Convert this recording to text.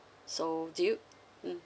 so do you mm